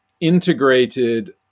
integrated